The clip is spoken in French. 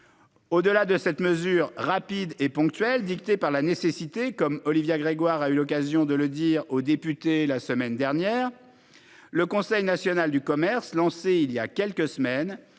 Au-delà de cette mesure rapide, ponctuelle et dictée par la nécessité, comme Olivia Grégoire a eu l'occasion de le dire aux députés la semaine dernière, nous avons lancé, voilà quelques semaines,